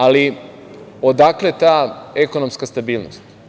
Ali odakle ta ekonomska stabilnost?